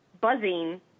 buzzing